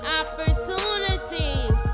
opportunities